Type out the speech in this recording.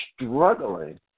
struggling